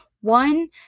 one